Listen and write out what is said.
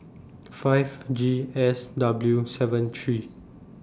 five G S W seven three